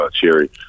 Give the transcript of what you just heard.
Cherry